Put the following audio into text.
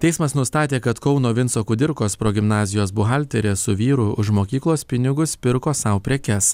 teismas nustatė kad kauno vinco kudirkos progimnazijos buhalterė su vyru už mokyklos pinigus pirko sau prekes